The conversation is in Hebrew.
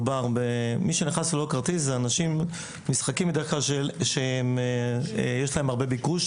מי שנכנס ללא כרטיס אז מדובר במשחקים שיש להם הרבה ביקוש.